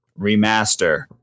remaster